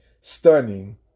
stunning